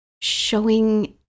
showing